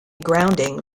grounding